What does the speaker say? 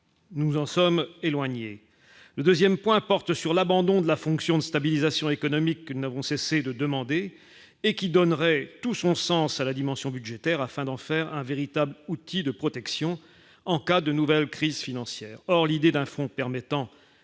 nous en sommes éloignés, le 2ème point porte sur l'abandon de la fonction de stabilisation économique que nous n'avons cessé de demander et qui donnerait tout son sens à la dimension budgétaire afin d'en faire un véritable outil de protection en cas de nouvelle crise financière, or l'idée d'un fonds permettant